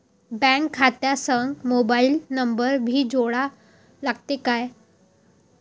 Bank खात्या संग mobile number भी जोडा लागते काय?